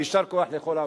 ויישר כוח לכל העוסקים.